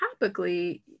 topically